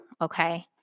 okay